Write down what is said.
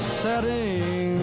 setting